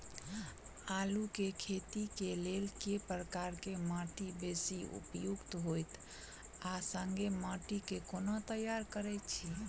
आलु केँ खेती केँ लेल केँ प्रकार केँ माटि बेसी उपयुक्त होइत आ संगे माटि केँ कोना तैयार करऽ छी?